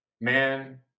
man